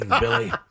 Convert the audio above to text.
Billy